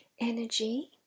energy